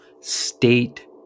state